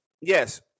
Yes